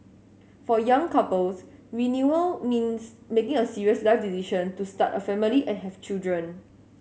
for young couples renewal means making a serious life decision to start a family and have children